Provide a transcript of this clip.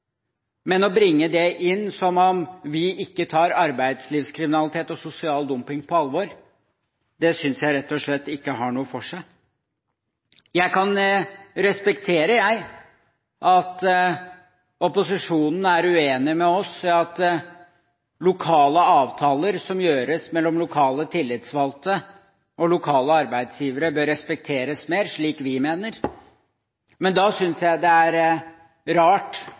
men å bringe det inn som om vi ikke tar arbeidslivskriminalitet og sosial dumping på alvor, synes jeg rett og slett ikke har noe for seg. Jeg kan respektere at opposisjonen er uenig med oss i at lokale avtaler som gjøres mellom lokale tillitsvalgte og lokale arbeidsgivere, bør respekteres mer, slik vi mener, men da synes jeg det er rart